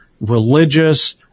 religious